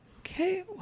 Okay